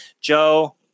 Joe